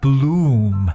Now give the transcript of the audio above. Bloom